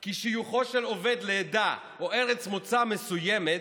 כי שיוכו של עובד לעדה או ארץ מוצא מסוימת